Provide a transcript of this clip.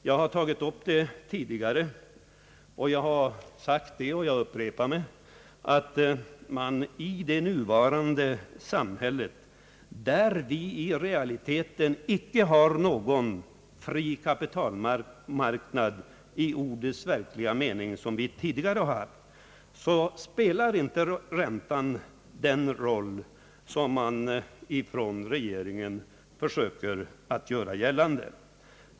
Jag har tagit upp den frågan tidigare och vill upprepa vad jag sagt, att i vårt nuvarande samhälle, där vi i realiteten icke har någon fri kapitalmarknad i ordets verkliga mening, så som vi tidigare haft, spelar inte räntan den roll som regeringen försöker göra gällande.